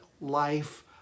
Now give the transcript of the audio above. life